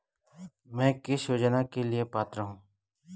मैं किस योजना के लिए पात्र हूँ?